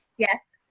yes.